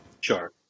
Sure